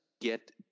get